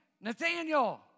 Nathaniel